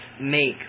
make